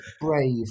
brave